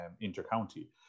inter-county